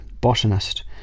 botanist